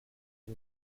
are